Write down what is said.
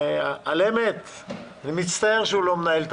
אני באמת מצטער שהוא לא מנהל את